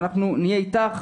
אנחנו נהיה איתך,